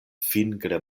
fingre